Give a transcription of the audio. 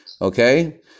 Okay